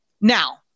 Now